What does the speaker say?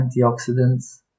antioxidants